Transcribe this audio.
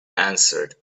answered